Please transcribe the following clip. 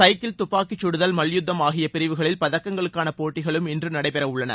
cycle துப்பாக்கிச் சுடுதல் மல்யுத்தம் ஆகிய பிரிவுகளில் பதக்கங்களுக்கான போட்டிகளும் இன்று நடைபெற உள்ளன